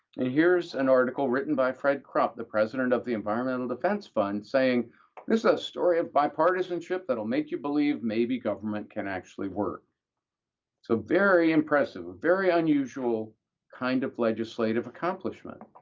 and here is an article written by fred krupp, the president of the environmental defense fund, saying, this is a story of bipartisanship that'll make you believe maybe government can actually work so very impressive, a very unusual kind of legislative accomplishment.